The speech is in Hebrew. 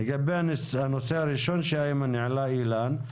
לגבי הנושא הראשון שאיימן העלה, אילן,